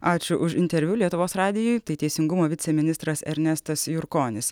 ačiū už interviu lietuvos radijui tai teisingumo viceministras ernestas jurkonis